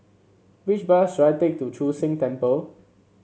which bus should I take to Chu Sheng Temple